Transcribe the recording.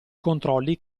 controlli